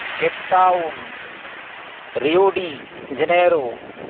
Cape Town Rio de Janeiro